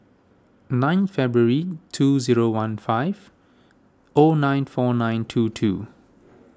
nine February two zero one five O nine four nine two two